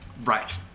Right